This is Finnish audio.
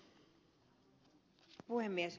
arvoisa puhemies